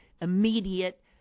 immediate